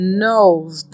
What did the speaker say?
knows